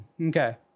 Okay